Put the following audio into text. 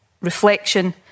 reflection